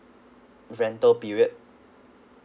rental period